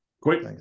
quick